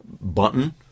button